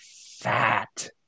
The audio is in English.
fat